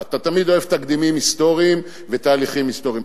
כי אתה תמיד אוהב תקדימים היסטוריים ותהליכים היסטוריים,